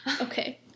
Okay